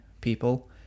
people